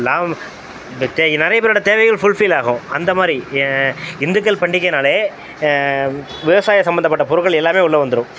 லாபம் இந்த டே நிறைய பேரோட தேவைகள் ஃபுல்ஃபில் ஆகும் அந்த மாதிரி இந்துக்கள் பண்டிகைனாலே விவசாய சம்மந்தப்பட்ட பொருட்கள் எல்லாமே உள்ள வந்துரும்